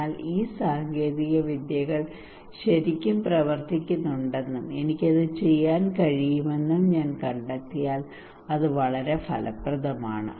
അതിനാൽ ഈ സാങ്കേതികവിദ്യകൾ ശരിക്കും പ്രവർത്തിക്കുന്നുണ്ടെന്നും എനിക്ക് അത് ചെയ്യാൻ കഴിയുമെന്നും ഞാൻ കണ്ടെത്തിയാൽ അത് വളരെ ഫലപ്രദമാണ്